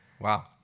wow